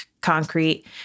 concrete